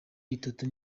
itatu